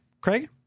Craig